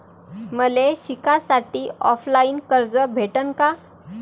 मले शिकासाठी ऑफलाईन कर्ज भेटन का?